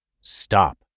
stop